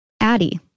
Addie